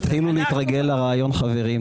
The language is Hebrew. תתחילו להתרגל לרעיון, חברים.